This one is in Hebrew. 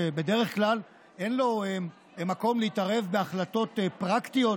שבדרך כלל אין לו מקום להתערב בהחלטות פרקטיות